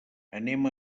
anem